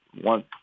one